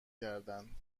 کردند